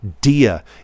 dia